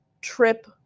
trip